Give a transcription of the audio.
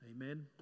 Amen